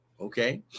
okay